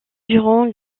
durant